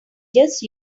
just